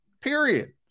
period